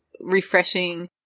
refreshing